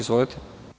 Izvolite.